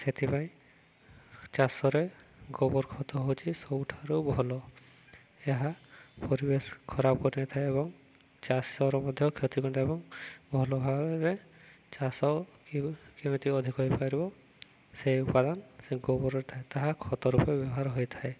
ସେଥିପାଇଁ ଚାଷରେ ଗୋବର ଖତ ହଉଛି ସବୁଠାରୁ ଭଲ ଏହା ପରିବେଶ ଖରାପ କରିନଥାଏ ଏବଂ ଚାଷର ମଧ୍ୟ କ୍ଷତି କରିଥାଏ ଏବଂ ଭଲ ଭାବରେ ଚାଷ କେମିତି ଅଧିକ ହେଇପାରିବ ସେଇ ଉପାଦାନ ସେ ଗୋବରରେ ଥାଏ ତାହା ଖତ ରୂପେ ବ୍ୟବହାର ହୋଇଥାଏ